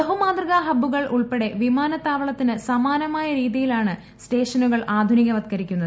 ബഹുമാതൃകാ ഹബ്ബുകൾ ഉൾപ്പെടെ വിമാനത്താവളത്തിന് സമാനമായ രീതിയിലാണ് സ്റ്റേഷനുകൾ ആധുനികവത്ക്കരിക്കുന്നത്